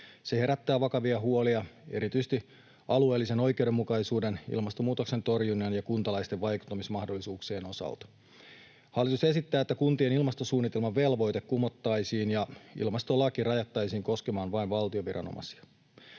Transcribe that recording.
Se herättää vakavia huolia erityisesti alueellisen oikeudenmukaisuuden, ilmastonmuutoksen torjunnan ja kuntalaisten vaikuttamismahdollisuuksien osalta. Hallitus esittää, että kuntien ilmastosuunnitelmavelvoite kumottaisiin ja ilmastolaki rajattaisiin koskemaan vain valtion viranomaisia.